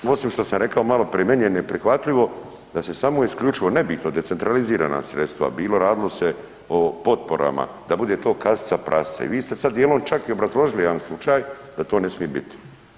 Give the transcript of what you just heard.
Osim što sam rekao maloprije, meni je neprihvatljivo da se samo isključivo, nebitno, decentralizirana sredstva, bilo radilo se o potporama, da bude to kasica prasica i vi ste sad dijelom čak i obrazložili jedan slučaj da to ne smije biti.